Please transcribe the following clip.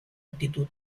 altitud